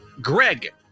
greg